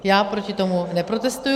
Já proti tomu neprotestuji.